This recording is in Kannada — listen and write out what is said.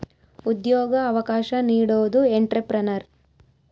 ಉದ್ಯೋಗ ಅವಕಾಶ ನೀಡೋದು ಎಂಟ್ರೆಪ್ರನರ್